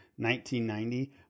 1990